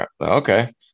okay